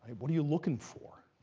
what are you looking for?